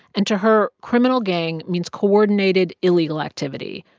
and to her, criminal gang means coordinated illegal activity.